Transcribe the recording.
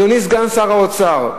אדוני סגן שר האוצר,